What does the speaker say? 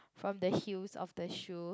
from the heels of the shoe